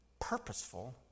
purposeful